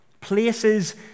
places